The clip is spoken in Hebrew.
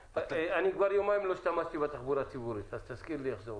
אני כבר יומיים לא השתמשתי בתחבורה הציבורית אז תזכיר לי איך זה עובד.